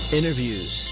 Interviews